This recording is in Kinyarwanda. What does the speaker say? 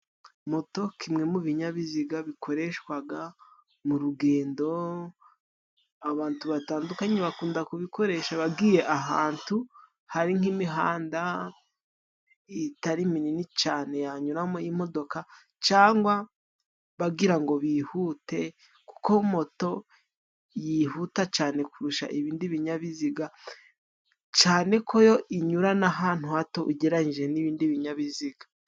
Moto kimwe mu binyabiziga bikoreshwa mu rugendo, abantu batandukanye bakunda kubikoresha, bagiye ahantu hari nk'imihanda itari minini cyane yanyuramo imodoka, cyangwa bagira ngo bihute kuko moto yihuta cyane kurusha ibindi binyabiziga, cyane ko yo inyura n'ahantu hato ugereranyije n'ibindi binyabiziga.